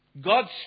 God's